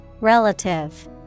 Relative